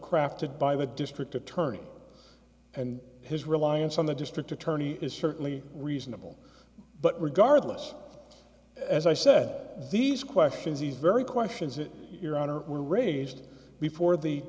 crafted by the district attorney and his reliance on the district attorney is certainly reasonable but regardless as i said these questions he's very questions that your honor were raised before the